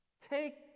Take